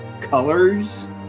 colors